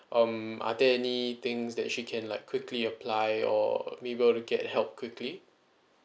um are there any things that she can like quickly apply or be able to get help quickly